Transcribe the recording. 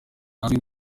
ntazwi